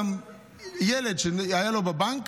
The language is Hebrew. גם ילד שהיה לו בבנק,